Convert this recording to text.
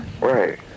Right